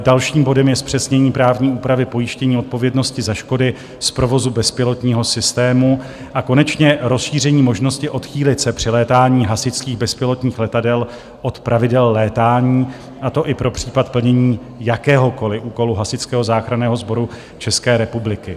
Dalším bodem je zpřesnění právní úpravy pojištění odpovědnosti za škody z provozu bezpilotního systému a konečně rozšíření možnosti odchýlit se při létání hasičských bezpilotních letadel od pravidel létání, a to i pro případ plnění jakéhokoli úkolu Hasičského záchranného sboru České republiky.